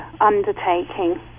undertaking